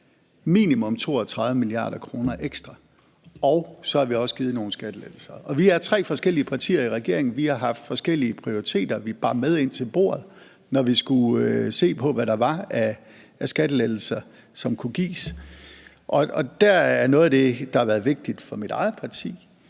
minimum 32 mia. kr. ekstra og så også give nogle skattelettelser. Vi er tre forskellige partier i regeringen, og vi har haft forskellige prioriteter, vi bar med ind til bordet, når vi skulle se på, hvad der var af skattelettelser, som kunne gives. Og noget af det, der har været vigtigt for mit eget parti,